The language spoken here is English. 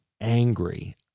angry